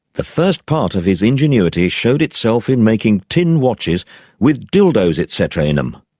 the first part of his ingenuity showed itself in making tin watches with dildos et cetera in them.